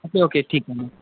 okay okay ठीक आहे ना